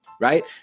Right